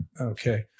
Okay